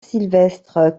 sylvestre